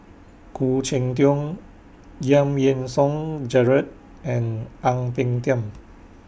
Khoo Cheng Tiong Giam Yean Song Gerald and Ang Peng Tiam